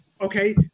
Okay